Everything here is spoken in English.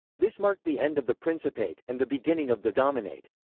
this marked the end of the principate, and the beginning of the dominate.